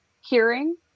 hearing